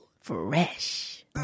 Fresh